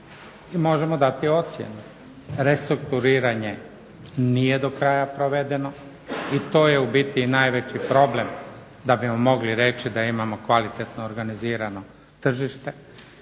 možemo dati ocjenu, restrukturiranje nije do kraja provedeno i to je u biti najveći problem, da bismo mogli reći da imamo kvalitetno organizirano tržište,